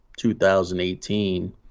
2018